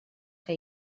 que